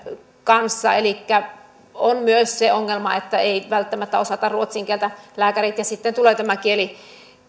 kanssa elikkä on myös se ongelma että eivät välttämättä osata ruotsin kieltä lääkärit ja sitten tulee tämä